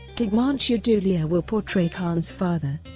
tigmanshu dhulia will portray khan's father.